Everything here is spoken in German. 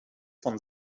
von